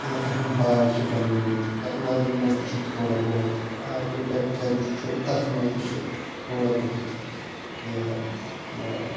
کینٛہہ اَہم باغ چھِ بَنیمٕتۍ ٹیٚکنالجی منٛز تہِ چھِ تھوڑا بہت آرکِٹیٚکچَر یُس چھُ تَتھ منٛز تہِ چھُ تھوڑا بہت یہِ